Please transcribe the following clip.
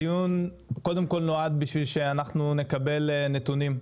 הדיון קודם כל נועד כדי שאנחנו נקבל נתונים,